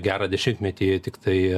gerą dešimtmetį tiktai